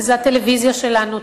וזה הטלוויזיה שלנו,